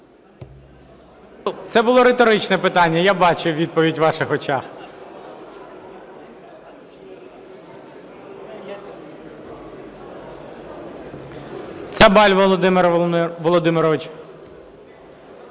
Це було риторичне питання. Я бачу відповідь у ваших очах. Цабаль Володимир Володимирович.